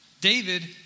David